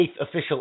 official